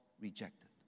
rejected